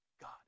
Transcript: God